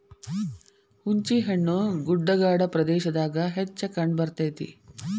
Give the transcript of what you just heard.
ಹುಂಚಿಹಣ್ಣು ಗುಡ್ಡಗಾಡ ಪ್ರದೇಶದಾಗ ಹೆಚ್ಚ ಕಂಡಬರ್ತೈತಿ